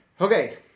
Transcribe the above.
Okay